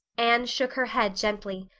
anne shook her head gently.